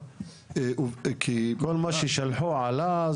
כל מה ששלחו עלה,